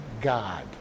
God